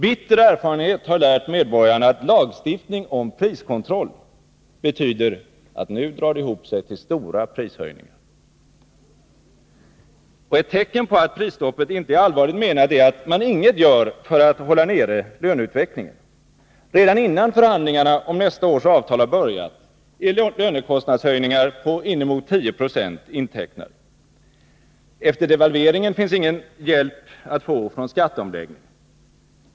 Bitter erfarenhet har lärt medborgarna att lagstiftning om priskontroll betyder att nu drar det ihop sig till stora prishöjningar. Ett tecken på att prisstoppet inte är allvarligt menat är att man inget gör för att hålla nere löneutvecklingen. Redan innan förhandlingarna om nästa års avtal har börjat, är lönekostnadshöjningar på inemot 10 26 intecknade. Efter devalveringen finns ingen hjälp att få från skatteomläggningen.